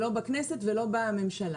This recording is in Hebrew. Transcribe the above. לא בכנסת ולא בממשלה.